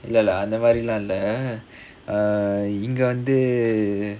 இல்ல இல்ல அந்தமாரி எல்லாம் இல்ல:illa illa anthamaari ellaam illa err இங்க வந்து:inga vanthu